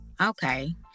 Okay